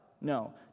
No